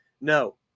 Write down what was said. No